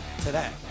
today